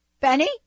Benny